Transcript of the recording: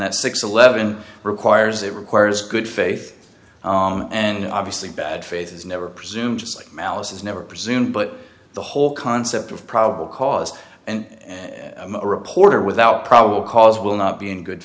that six eleven requires it requires good faith and obviously bad faith is never presumed malice is never presumed but the whole concept of probable cause and a reporter without probable cause will not be in good